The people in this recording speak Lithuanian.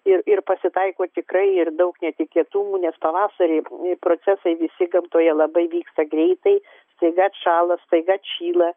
ir ir pasitaiko tikrai ir daug netikėtumų nes pavasarį procesai visi gamtoje labai vyksta greitai staiga atšąla staiga atšyla